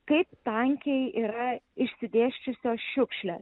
kaip tankiai yra išsidėsčiusios šiukšlės